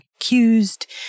accused